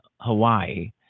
hawaii